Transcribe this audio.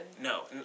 No